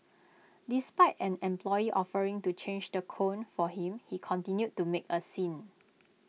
despite an employee offering to change the cone for him he continued to make A scene